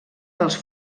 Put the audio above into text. dels